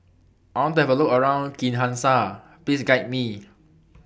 I want to Have A Look around Kinshasa Please Guide Me